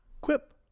quip